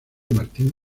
martín